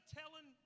telling